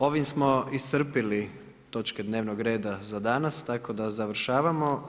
Ovim smo iscrpili točke dnevnog reda za danas tako da završavamo.